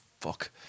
fuck